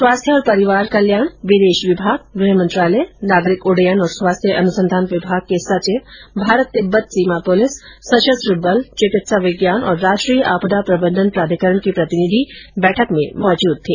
स्वास्थ्य और परिवार कल्याण विदेश विभाग गृह मंत्रालय नागरिक उड़डयन और स्वास्थ्य अनुसंधान विभाग के सचिव तथा भारत तिब्बत सीमा पुलिस सशस्त्र बल चिकित्सा विज्ञान और राष्ट्रीय आपदा प्रबंधन प्राधिकरण के प्रतिनिधि बैठक में उपस्थित थे